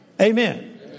Amen